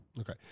Okay